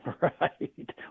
Right